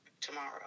tomorrow